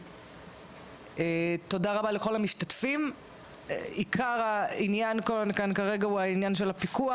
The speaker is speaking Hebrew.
העניין העיקרי כרגע הוא עניין הפיקוח.